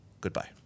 Goodbye